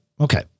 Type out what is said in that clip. Okay